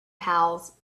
pals